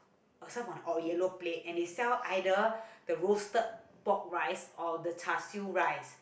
I saved on a yellow plate and they sell either roasted pork rice or the char-siew rice